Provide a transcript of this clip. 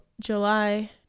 july